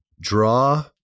draw